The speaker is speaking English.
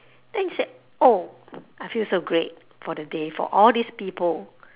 then you say oh I feel so great for the day for all these people